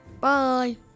Bye